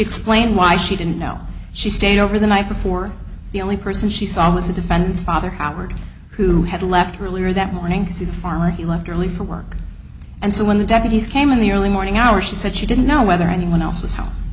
explained why she didn't know she stayed over the night before the only person she saw was the defendant's father howard who had left earlier that morning to see the farmer he left early for work and so when the deputies came in the early morning hours she said she didn't know whether anyone else was home